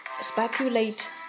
Speculate